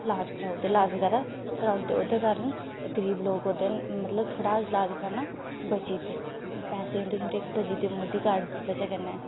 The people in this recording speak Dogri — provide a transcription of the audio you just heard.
लाज कराओ ते लाज बगैरा कराउदे ओह्दे कारण ते गरीब लोग ओह्दे मतलब थोह्ड़ा लाज कराना बची दे पैसे उं'दे थोह्ड़े बची दे मोदी कार्ड दी बजह् कन्नै